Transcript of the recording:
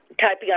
typing